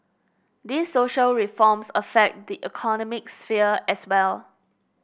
these social reforms affect the economic sphere as well